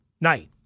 night